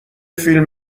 فیلم